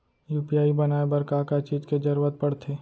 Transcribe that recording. UPI बनाए बर का का चीज के जरवत पड़थे?